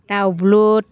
दाउब्लुद